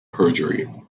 perjury